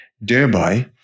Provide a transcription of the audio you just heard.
thereby